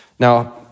Now